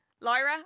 Lyra